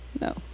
No